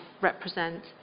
represent